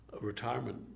retirement